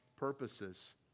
purposes